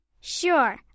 Sure